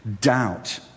Doubt